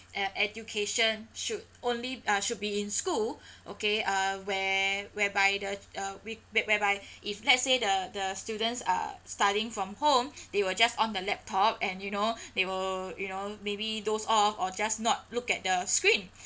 uh education should only uh should be in school okay uh where~ whereby the uh we b~ whereby if let's say the the students are studying from home they will just on the laptop and you know they will you know maybe dozed off or just not look at the screen